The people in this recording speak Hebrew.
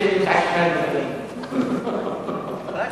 (אומר בשפה הערבית: כן, שיגיד כמה מלים.) רק הוא.